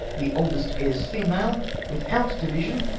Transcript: the oldest heirs female, without division,